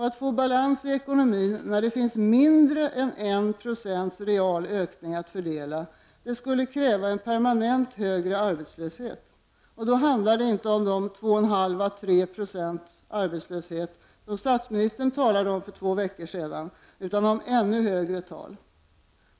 Att få balans i ekonomin när det finns mindre än 1 26 real ökning att fördela skulle kräva en permanent högre arbetslöshet. Då handlar det inte om de 2,5—-3 2 arbetslöshet som statsministern talade om för två veckor sedan, utan om ännu högre tal.